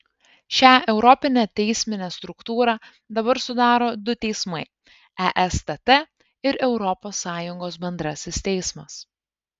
šią europinę teisminę struktūrą dabar sudaro du teismai estt ir europos sąjungos bendrasis teismas